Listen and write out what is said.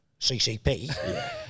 CCP